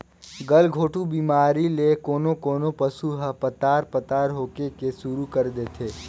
गलघोंटू बेमारी ले कोनों कोनों पसु ह पतार पतार पोके के सुरु कर देथे